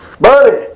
buddy